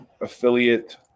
affiliate